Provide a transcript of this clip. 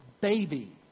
baby